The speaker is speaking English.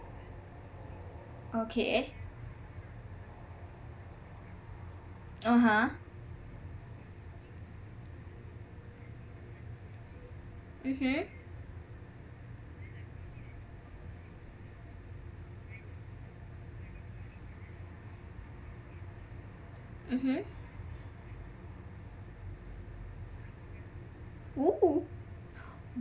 okay (uh huh) mmhmm mmhmm oo